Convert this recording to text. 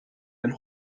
ein